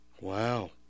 Wow